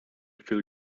feel